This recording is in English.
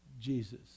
Jesus